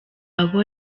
abo